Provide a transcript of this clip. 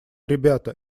ребята